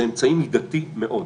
זה אמצעי מידתי מאוד.